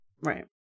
Right